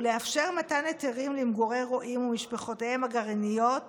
ולאפשר מתן היתרים למגורי רועים ומשפחותיהם הגרעיניות